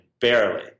barely